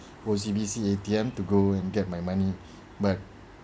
O_C_B_C A_T_M to go and get my money but